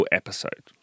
episode